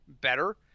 better